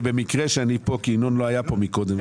זה במקרה שאני פה כי ינון לא היה פה מקודם,